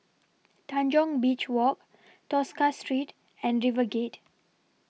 Tanjong Beach Walk Tosca Street and RiverGate